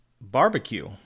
Barbecue